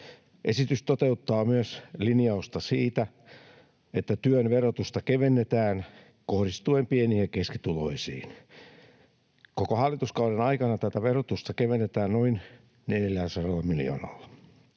Esitys toteuttaa myös linjausta siitä, että työn verotusta kevennetään kohdistuen pieni‑ ja keskituloisiin. Koko hallituskauden aikana tätä verotusta kevennetään noin 400 miljoonalla.